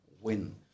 win